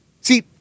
see